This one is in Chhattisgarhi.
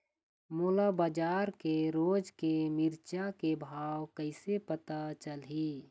मोला बजार के रोज के मिरचा के भाव कइसे पता चलही?